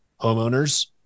homeowners